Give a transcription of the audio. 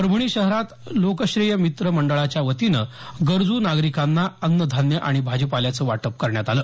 परभणी शहरात लोकश्रेय मित्र मंडळाच्या वतीनं गरजू नागरिकांना अन्नधान्य आणि भाजीपाल्याचं वाटप केलं